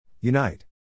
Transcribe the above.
Unite